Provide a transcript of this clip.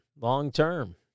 long-term